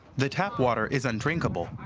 the tap water is undrinkable,